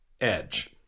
edge